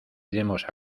demos